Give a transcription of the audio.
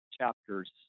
chapters